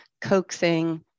coaxing